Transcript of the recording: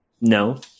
No